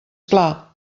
clar